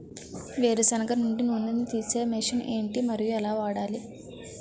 వేరు సెనగ నుండి నూనె నీ తీసే మెషిన్ ఏంటి? మరియు ఎలా వాడాలి?